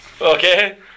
Okay